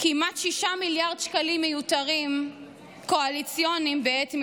כמעט 6 מיליארד שקלים קואליציוניים מיותרים בעת מלחמה.